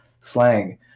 slang